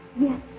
Yes